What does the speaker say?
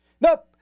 Nope